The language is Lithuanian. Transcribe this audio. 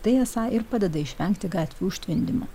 tai esą ir padeda išvengti gatvių užtvindymo